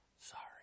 Sorry